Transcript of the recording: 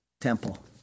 temple